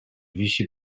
wisi